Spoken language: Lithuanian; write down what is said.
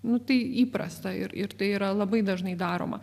nu tai įprasta ir ir tai yra labai dažnai daroma